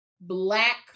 Black